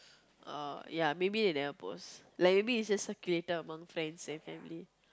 oh ya maybe they never post like maybe it's just circulated among friends and family